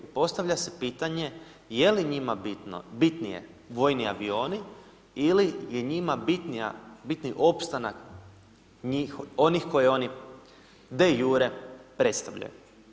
Postavlja se pitanje je li njima bitnije vojni avioni ili je njima bitan opstanak njih, onih koji oni de iure predstavljaju.